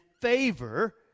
favor